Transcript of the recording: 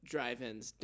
drive-ins